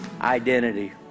identity